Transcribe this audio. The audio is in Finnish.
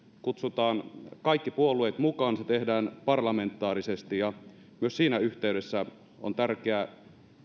kutsutaan kaikki puolueet mukaan se tehdään parlamentaarisesti ja myös siinä yhteydessä on tärkeää